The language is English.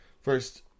first